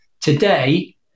Today